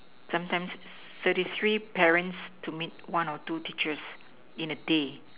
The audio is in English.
sometimes thirty three parents to meet one or two teachers in a day